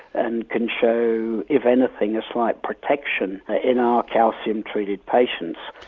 and can show if anything a slight protection ah in our calcium treated patients.